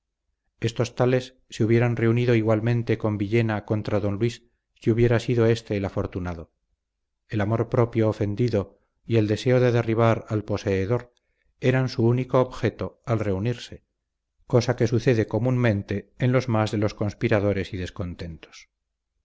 estos tales se hubieran reunido igualmente con villena contra don luis si hubiera sido éste el afortunado el amor propio ofendido y el deseo de derribar al poseedor eran su único objeto al reunirse cosa que sucede comúnmente en los más de los conspiradores y descontentos